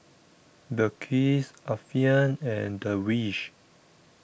Balqis Alfian and Darwish